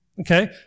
Okay